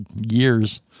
years